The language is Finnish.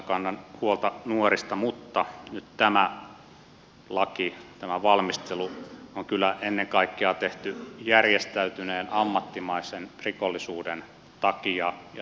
kannan huolta nuorista mutta nyt tämä laki tämä valmistelu on kyllä ennen kaikkea tehty järjestäytyneen ammattimaisen rikollisuuden takia ja sen varalle